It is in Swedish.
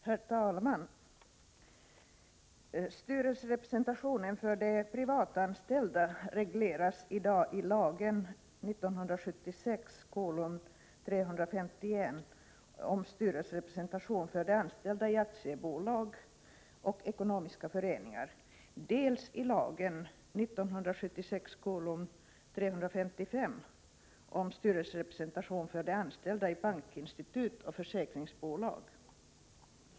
Herr talman! Styrelserepresentationen för de privatanställda regleras i dag dels i lagen om styrelserepresentation för de anställda i aktiebolag och ekonomiska föreningar, dels i lagen om styrelserepresentation för de anställda i bankinstitut och försäkringsbolag.